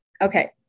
okay